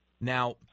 Now